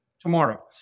tomorrow